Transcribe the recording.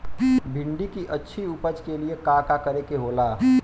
भिंडी की अच्छी उपज के लिए का का करे के होला?